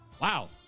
Wow